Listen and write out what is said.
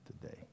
today